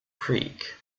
creek